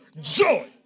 joy